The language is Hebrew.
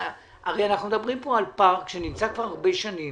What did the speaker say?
הרי אנחנו מדברים פה על פארק שנמצא כבר הרבה שנים.